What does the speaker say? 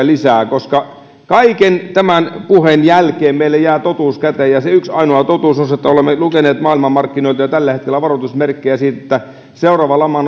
lisää kaiken tämän puheen jälkeen meille jää totuus käteen ja se yksi ainoa totuus on se että olemme lukeneet maailmanmarkkinoilta jo tällä hetkellä varoitusmerkkejä siitä että seuraava lama